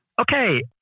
Okay